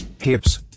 Hips